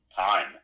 time